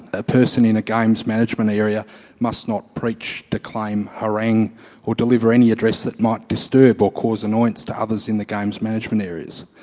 a person in a games management area must not preach, declaim, harangue or deliver any address that might disturb or cause annoyance to others in the games management areas.